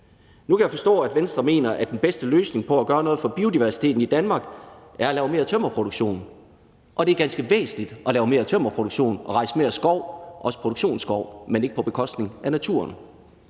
Nu kan jeg forstå, at Venstre mener, at den bedste løsning på at gøre noget for biodiversiteten i Danmark, er at lave mere tømmerproduktion, og det er ganske væsentligt at lave mere tømmerproduktion og rejse mere skov, også produktionsskov, men ikke på bekostning af naturen.